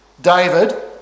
David